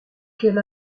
quel